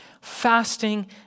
fasting